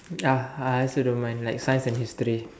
ya I also don't mind like science and history